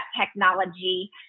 technology